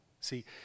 see